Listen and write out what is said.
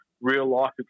real-life